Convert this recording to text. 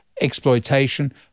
exploitation